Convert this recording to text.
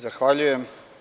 Zahvaljujem.